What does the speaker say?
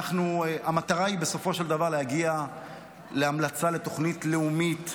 המטרה היא בסופו של דבר להגיע להמלצה לתוכנית לאומית,